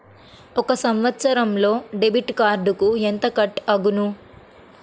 ఒక సంవత్సరంలో డెబిట్ కార్డుకు ఎంత కట్ అగును?